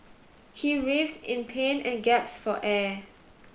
he writhed in pain and gasped for air